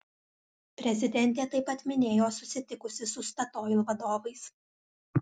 prezidentė taip pat minėjo susitikusi su statoil vadovais